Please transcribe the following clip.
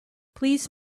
please